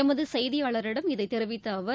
எமது செய்தியாளரிடம் இதை தெரிவித்த அவர்